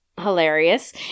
hilarious